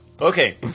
Okay